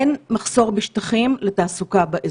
אין מחסור בשטחים לתעסוקה באזור הזה.